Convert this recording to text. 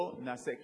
בואו נעשה,